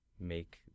make